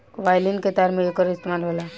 violin के तार में एकर इस्तेमाल होला